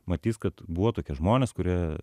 matys kad buvo tokie žmonės kurie